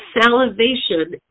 salivation